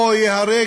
או ייהרג